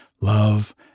love